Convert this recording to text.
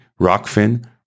Rockfin